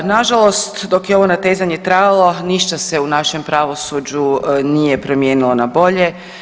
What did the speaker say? Nažalost, dok je ovo natezanje trajalo ništa se u našem pravosuđu nije promijenilo na bolje.